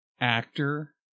actor